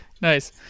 Nice